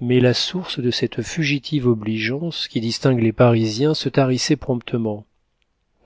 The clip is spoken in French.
mais la source de cette fugitive obligeance qui distingue les parisiens se tarissait promptement